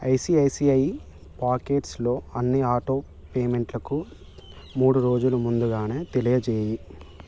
ICICI పాకెట్స్లో అన్ని auto పేమెంట్లకు మూడు రోజులు ముందుగానే తెలియజేయి